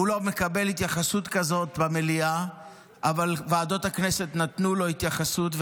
הוא לא מקבל התייחסות כזאת במליאה אבל ועדות הכנסת נתנו לו התייחסות,